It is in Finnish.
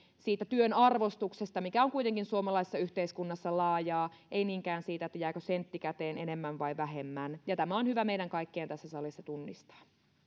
siitä työn arvostuksesta mikä on kuitenkin suomalaisessa yhteiskunnassa laajaa eivätkä niinkään siitä jääkö sentti käteen enemmän vai vähemmän tämä on hyvä meidän kaikkien tässä salissa tunnistaa